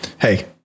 Hey